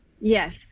Yes